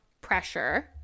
pressure